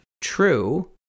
True